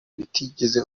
utigeze